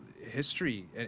history